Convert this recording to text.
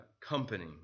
company